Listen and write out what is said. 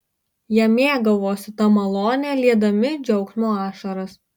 jie mėgavosi ta malone liedami džiaugsmo ašaras